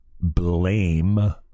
blame